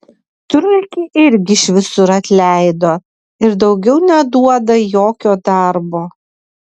truikį irgi iš visur atleido ir daugiau neduoda jokio darbo